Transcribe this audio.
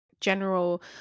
general